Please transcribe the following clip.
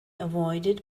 avoided